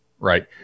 Right